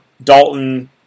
Dalton